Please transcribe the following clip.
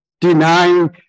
denying